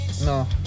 No